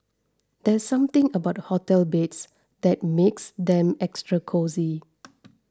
there's something about hotel beds that makes them extra cosy